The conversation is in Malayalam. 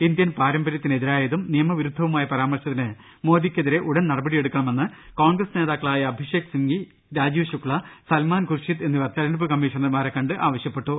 ഇന്ത്യൻ പാരമ്പര്യത്തിന് എതിരായതും നിയമവി രുദ്ധവുമായ പരാമർശത്തിന് മോദിക്കെതിരെ ഉടൻ നടപടിയെടുക്ക ണമെന്ന് കോൺഗ്രസ് നേതാക്കളായ അഭിഷേക് സിഗ്വി രാജീവ് ശുക്സ സൽമാൻ ഗുർഷിത് എന്നിവർ തെരഞ്ഞെടുപ്പ് കമ്മീഷണർമാരെ കണ്ട് ആവശ്യപ്പെട്ടു